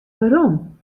werom